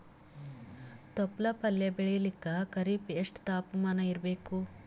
ತೊಪ್ಲ ಪಲ್ಯ ಬೆಳೆಯಲಿಕ ಖರೀಫ್ ಎಷ್ಟ ತಾಪಮಾನ ಇರಬೇಕು?